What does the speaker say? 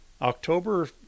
October